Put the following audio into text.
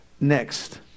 Next